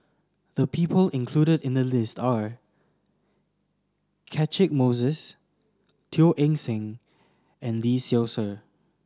the people included in the list are Catchick Moses Teo Eng Seng and Lee Seow Ser